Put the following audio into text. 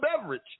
beverage